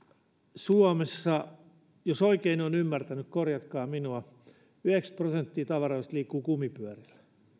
suomessa jos oikein olen ymmärtänyt korjatkaa minua yhdeksänkymmentä prosenttia tavaroista liikkuu kumipyörillä